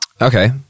okay